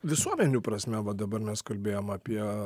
visuomenių prasme va dabar mes kalbėjom apie